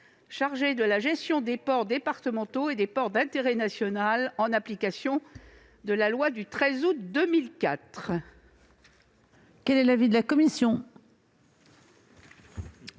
chargés de la gestion des ports départementaux et des ports d'intérêt national, en application de la loi du 13 août 2004.